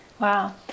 Wow